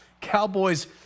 Cowboys